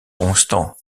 constant